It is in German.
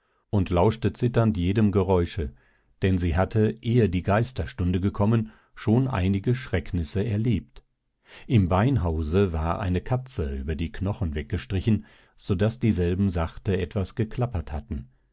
und lauschte zitternd jedem geräusche denn sie hatte ehe die geisterstunde gekommen schon einige schrecknisse erlebt im beinhause war eine katze über die knochen weggestrichen so daß dieselben sachte etwas geklappert hatten